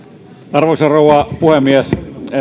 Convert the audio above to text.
arvoisa rouva puhemies